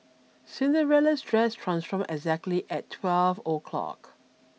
Cinderella's dress transformed exactly at twelve o'clock